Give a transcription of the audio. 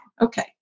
Okay